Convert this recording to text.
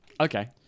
Okay